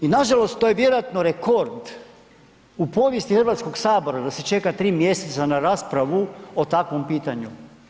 I nažalost to je vjerojatno rekord u povijest Hrvatskog sabora da se čeka 3 mj. na raspravu o takvom pitanju.